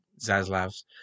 Zaslav's